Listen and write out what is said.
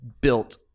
built